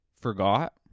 forgot